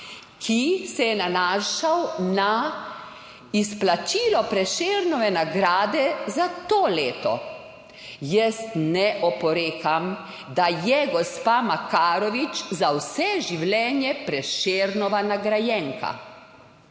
ki se je nanašal na izplačilo Prešernove nagrade za to leto. Jaz ne oporekam, da je gospa Makarovič za vse življenje Prešernova nagrajenka.